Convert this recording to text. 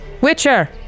Witcher